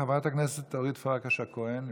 חברת הכנסת אורית פרקש הכהן נמצאת?